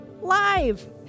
live